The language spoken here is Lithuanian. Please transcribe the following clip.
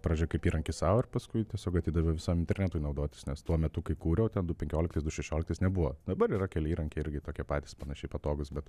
pradžioj kaip įrankis sau ir paskui tiesiog atidaviau visam internetui naudotis nes tuo metu kai kūriau du penkioliktais du šešioliktais nebuvo dabar yra keli įrankiai irgi tokie patys panašiai patogūs bet